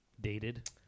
Dated